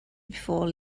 before